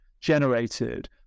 generated